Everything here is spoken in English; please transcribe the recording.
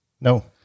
no